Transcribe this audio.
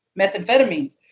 methamphetamines